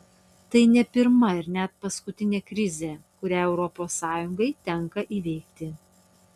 tai ne pirma ir ne paskutinė krizė kurią europos sąjungai tenka įveikti